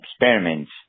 experiments